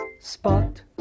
spot